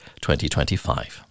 2025